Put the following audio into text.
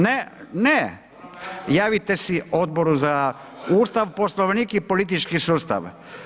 Ne, ne, javite se Odboru za Ustav, Poslovnik i politički sustav.